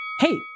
Hey